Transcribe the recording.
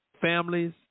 families